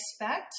expect